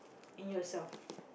in yourself